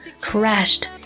crashed